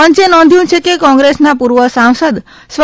પંચે નોંધ્યું છે કે કોંગ્રેસના પૂર્વ સાંસદ સ્વ